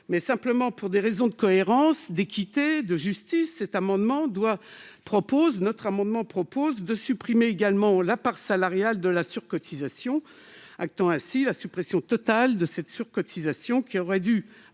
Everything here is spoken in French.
cause, mais, pour des raisons de cohérence, d'équité et de justice, notre amendement tend à supprimer également la part salariale de la surcotisation, actant ainsi la suppression totale de celle-ci, qui, d'ailleurs, aurait dû